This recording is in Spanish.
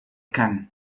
kan